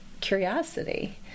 curiosity